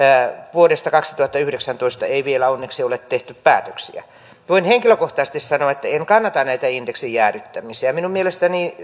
vuodesta kaksituhattayhdeksäntoista ei vielä onneksi ole tehty päätöksiä voin henkilökohtaisesti sanoa että en kannata näitä indeksin jäädyttämisiä minun mielestäni